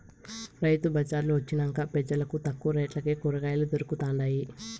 రైతు బళార్లు వొచ్చినంక పెజలకు తక్కువ రేట్లకే కూరకాయలు దొరకతండాయి